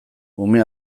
ume